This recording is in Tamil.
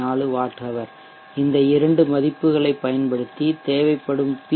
4 வாட்ஹவர் இந்த இரண்டு மதிப்புகளை பயன்படுத்தி தேவைப்படும் பி